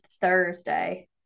Thursday